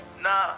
Nah